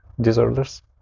disorders